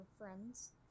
friends